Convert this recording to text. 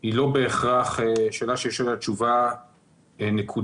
היא לא בהכרח שאלה שיש עליה תשובה נקודתית,